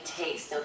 taste